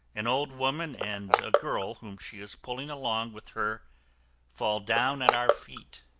an old woman and a girl whom she is pulling along with her fall down at our feet.